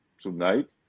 tonight